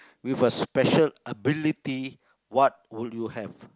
with a special ability what would you have